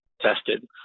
tested